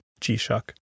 G-Shock